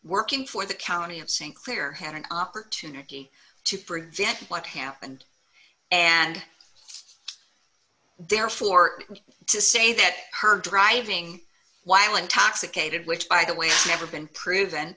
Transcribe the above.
working for the county of sinclair had an opportunity to prevent what happened and therefore to say that her driving while intoxicated which by the way never been proven